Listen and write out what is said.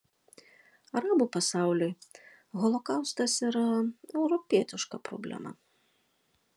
arabų pasauliui holokaustas yra europietiška problema